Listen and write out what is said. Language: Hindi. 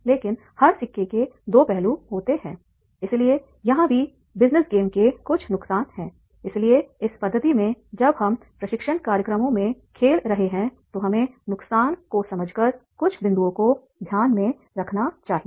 लेकिन हर सिक्के के 2 पहलू होते हैं इसलिए यहां भी बिजनेस गेम के कुछ नुकसान हैं इसलिए इस पद्धति में जब हम प्रशिक्षण कार्यक्रमों में खेल रहे हैं तो हमें नुकसान को समझकर कुछ बिंदुओं को ध्यान में रखना होगा